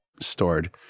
stored